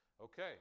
Okay